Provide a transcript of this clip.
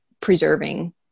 preserving